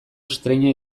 estreina